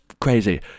Crazy